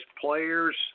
players